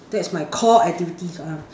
that's my core activities uh